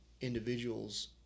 individuals